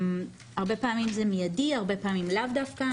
הרבה פעמים זה מיידי, הרבה פעמים לאו דווקא.